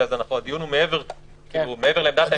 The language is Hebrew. אז הדיון הוא מעבר לעמדת הממשלה.